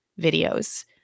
videos